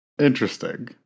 Interesting